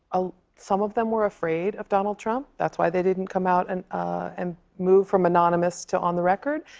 ah some of them were afraid of donald trump. that's why they didn't come out and um move from anonymous to on the record.